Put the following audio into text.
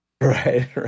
Right